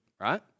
Right